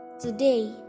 Today